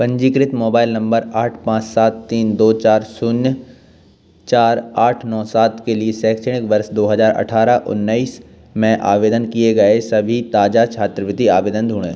पंजीकृत मोबाइल नम्बर आठ पाँच सात तीन दो छः शून्य चार आठ नौ सात के लिए शैक्षणिक वर्ष दो हज़ार अठारह उन्नीस में आवेदन किए गए सभी ताज़ा छात्रवृत्ति आवेदन ढूंढें